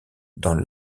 dans